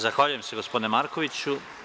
Zahvaljujem se gospodine Markoviću.